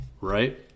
right